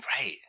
Right